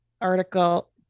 article